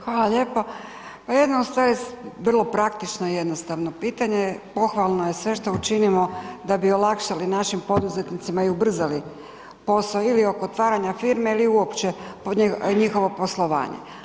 Hvala lijepa, pa jedno u stvari vrlo praktično i jednostavno pitanje, pohvalno je sve što učinimo da bi olakšali našim poduzetnicima i ubrzali posao ili oko otvaranja firme ili uopće njihovo poslovanje.